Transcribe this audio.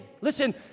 Listen